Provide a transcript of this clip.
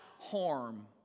harm